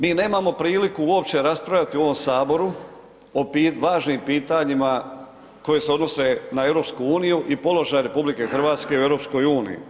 Mi nemamo priliku uopće raspravljati u ovom Saboru o važnim pitanjima koje se odnose na EU i položaj RH u EU-u.